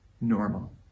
normal